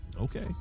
Okay